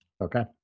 Okay